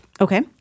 Okay